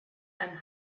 and